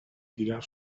tirar